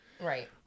Right